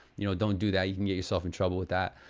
you know, don't do that you can get yourself in trouble with that.